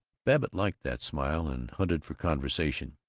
babbitt liked that smile, and hunted for conversation